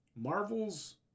Marvel's